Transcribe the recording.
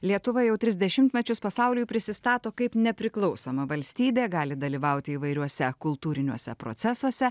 lietuva jau tris dešimtmečius pasauliui prisistato kaip nepriklausoma valstybė gali dalyvauti įvairiuose kultūriniuose procesuose